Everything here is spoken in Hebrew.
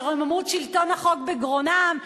שרוממות שלטון החוק בגרונם,